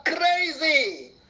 crazy